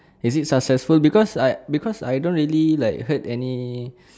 is it successful because I because I don't really like heard any